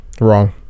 Wrong